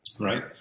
Right